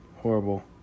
Horrible